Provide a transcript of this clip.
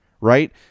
right